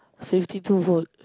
fifty two volt